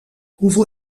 hoeveel